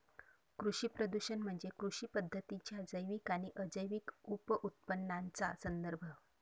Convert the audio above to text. कृषी प्रदूषण म्हणजे कृषी पद्धतींच्या जैविक आणि अजैविक उपउत्पादनांचा संदर्भ